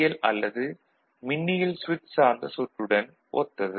L அல்லது மின்னியல் சுவிட்ச் சார்ந்த சுற்றுடன் ஒத்தது